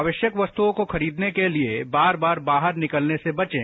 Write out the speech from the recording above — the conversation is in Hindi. आवश्यक वस्तुओं को खरीदने के लिए बार बार बाहर निकलने से बचें